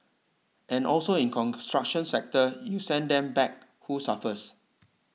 and also in construction sector you send them back who suffers